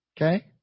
okay